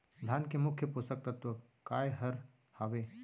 धान के मुख्य पोसक तत्व काय हर हावे?